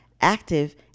active